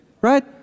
right